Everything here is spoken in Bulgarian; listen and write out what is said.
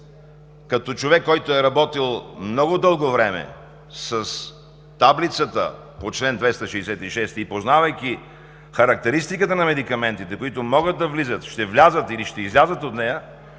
Като човек, който е работил много дълго време с таблицата по чл. 266 и познавайки характеристиката на медикаментите, които могат да влизат, ще влязат или ще излязат от нея,